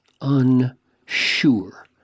unsure